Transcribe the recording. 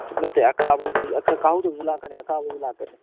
ꯅꯠꯇꯦ ꯀꯥꯍꯧꯗꯕꯁꯨ ꯂꯥꯛꯀꯅꯤ ꯑꯀꯥꯕꯁꯨ ꯂꯥꯛꯀꯅꯤ